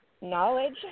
knowledge